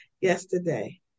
yesterday